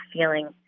feeling